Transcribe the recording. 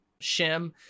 Shim